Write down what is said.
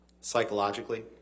Psychologically